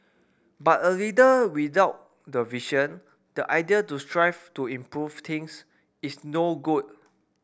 but a leader without the vision the idea to strive to improve things is no good